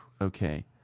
okay